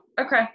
okay